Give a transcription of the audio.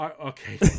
Okay